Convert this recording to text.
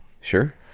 Sure